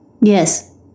Yes